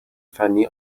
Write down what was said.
فنی